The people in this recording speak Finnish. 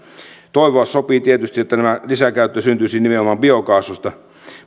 toivoa sopii tietysti että tämä lisäkäyttö syntyisi nimenomaan biokaasusta